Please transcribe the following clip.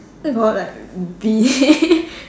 I got like B